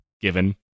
given